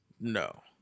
No